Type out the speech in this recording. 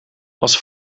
als